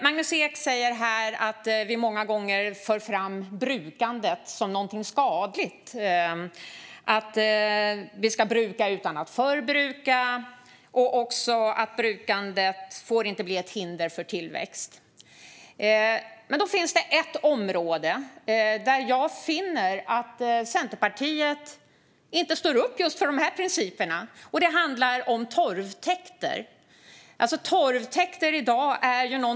Magnus Ek säger här att vi många gånger för fram brukandet som någonting skadligt, att vi ska bruka utan att förbruka och också att brukandet inte får bli ett hinder för tillväxt. Det finns ett område där jag finner att Centerpartiet inte står upp för dessa principer, och det handlar om torvtäkter.